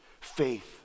faith